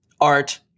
art